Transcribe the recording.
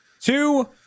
two